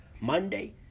Monday